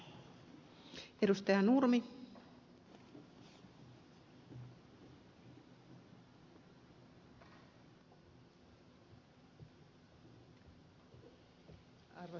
arvoisa rouva puhemies